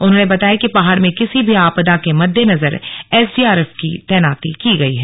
उन्होंने बताया कि पहाड़ में किसी भी आपदा के मद्देनजर एसडीआरएफ की तैनाती की गई है